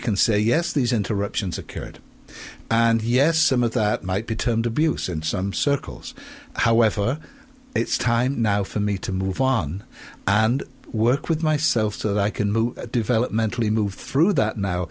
can say yes these interruptions occurred and yes some of that might be termed abuse in some circles however it's time now for me to move on and work with myself that i can move developmentally move through that now